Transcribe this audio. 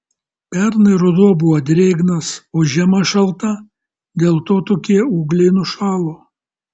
pernai ruduo buvo drėgnas o žiema šalta dėl to tokie ūgliai nušalo